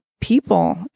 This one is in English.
people